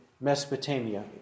Mesopotamia